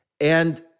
And-